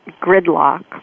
gridlock